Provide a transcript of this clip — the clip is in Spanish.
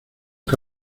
que